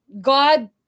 God